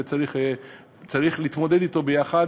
וצריך להתמודד אתם ביחד,